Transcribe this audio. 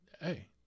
Hey